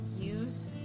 use